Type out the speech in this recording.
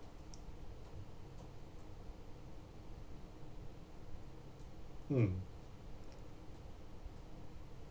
mm